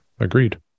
Agreed